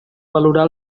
valorar